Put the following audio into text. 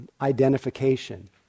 Identification